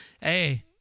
Hey